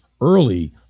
early